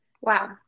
Wow